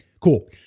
cool